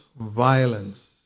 violence